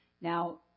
Now